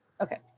okay